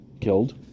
killed